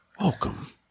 Welcome